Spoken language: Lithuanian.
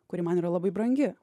kuri man yra labai brangi